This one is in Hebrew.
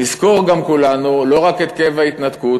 נזכור גם כולנו לא רק את כאב ההתנתקות,